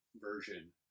version